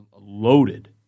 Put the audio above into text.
loaded